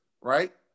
right